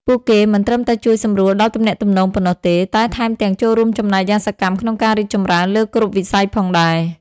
ពួកគេមិនត្រឹមតែជួយសម្រួលដល់ទំនាក់ទំនងប៉ុណ្ណោះទេ តែថែមទាំងចូលរួមចំណែកយ៉ាងសកម្មក្នុងការរីកចម្រើនលើគ្រប់វិស័យផងដែរ។